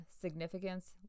Significance